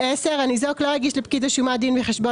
הניזוק לא הגיש לפקיד השומה דין וחשבון